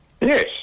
Yes